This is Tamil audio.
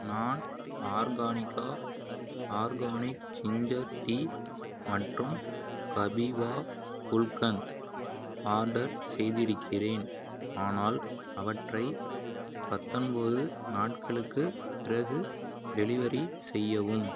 நான் ஆர்கானிகா ஆர்கானிக் ஜின்ஜர் டீ மற்றும் கபீவா குல்கந்த் ஆர்டர் செய்திருக்கிறேன் ஆனால் அவற்றை பத்தொன்போது நாட்களுக்குப் பிறகு டெலிவரி செய்யவும்